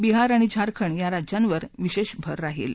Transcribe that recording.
बिहार आणि झारखंड या राज्यावर विशेष भर असेल